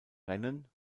rennen